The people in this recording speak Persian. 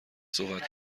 صحبت